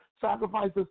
sacrifices